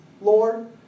Lord